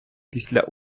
після